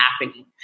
happening